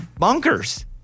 bonkers